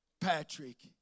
Patrick